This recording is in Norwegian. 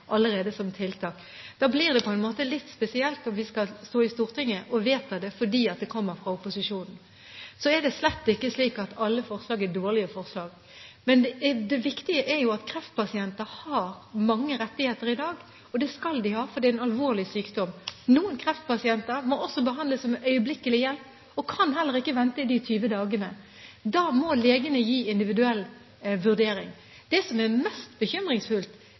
allerede som tiltak. Da blir det på en måte litt spesielt om vi skal stå i Stortinget og vedta det fordi det kommer fra opposisjonen. Så er det slett ikke slik at alle forslag er dårlige forslag. Men det viktige er at kreftpasienter har mange rettigheter i dag, og det skal de ha, for det er en alvorlig sykdom. Noen kreftpasienter må også behandles som øyeblikkelig hjelp og kan heller ikke vente i de 20 dagene. Da må legene gi individuell vurdering. Det som er mest bekymringsfullt,